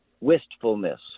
wistfulness